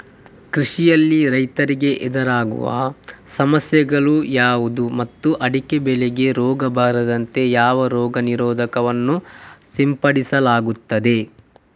ಕೃಷಿಯಲ್ಲಿ ರೈತರಿಗೆ ಎದುರಾಗುವ ಸಮಸ್ಯೆಗಳು ಯಾವುದು ಮತ್ತು ಅಡಿಕೆ ಬೆಳೆಗೆ ರೋಗ ಬಾರದಂತೆ ಯಾವ ರೋಗ ನಿರೋಧಕ ವನ್ನು ಸಿಂಪಡಿಸಲಾಗುತ್ತದೆ?